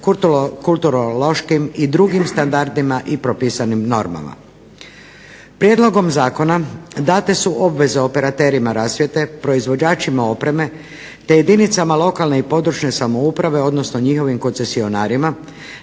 kulturološkim i drugim standardima i propisanim normama. Prijedlogom zakona date se su obveze operaterima rasvjete, proizvođačima opreme, te jedinicama lokalne, područne samouprave odnosno njihovim koncesionarima